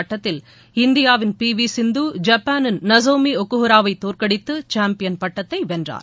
ஆட்டத்தில் இந்தியாவின் P V Sindhu ஜப்பானின் நகோமி ஒகுஹராவை தோற்கடித்து சாம்பியன் பட்டத்தை வென்றார்